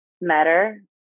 matter